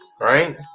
right